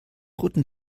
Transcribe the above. roten